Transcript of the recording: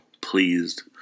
pleased